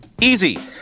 Easy